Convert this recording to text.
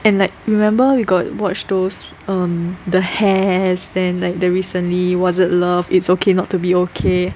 and like remember we got watch those um the hair stand like the recently Was It Love It's Okay Not to Be Okay